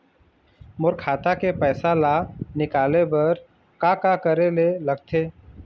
मोर खाता के पैसा ला निकाले बर का का करे ले लगथे?